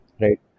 Right